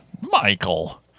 Michael